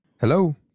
Hello